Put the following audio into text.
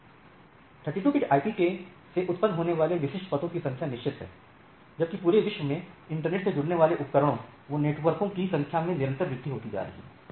32 bit IP address से उत्पन्न होने वाले विशिष्ट पतों की संख्या निश्चित है जबकि पूरे विश्व में इंटरनेट से जुड़ने वाले उपकरणों एवं नेटवर्क ओं की संख्या में निरंतर वृद्धि होती जा रही है